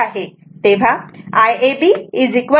तेव्हा Iab 4